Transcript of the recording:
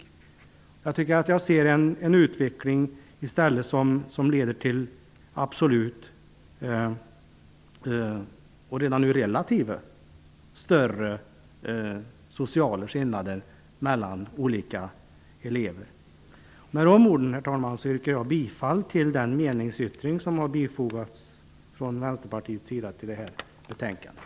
I stället tycker jag mig se en utveckling som leder till absoluta, och redan nu relativa, större sociala skillnader mellan olika elever. Med de orden yrkar jag bifall till den meningsyttring som Vänsterpartiet fogat till betänkandet.